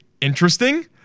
interesting